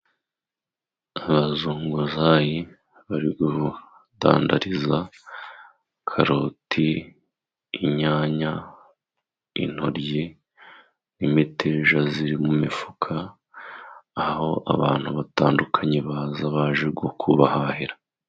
Abazunguzayi bari gudandariza karoti, inyanya, intoryi n'imiteja ziri mu mifuka aho abantu batandukanye baza baje kubahahira.